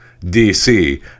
DC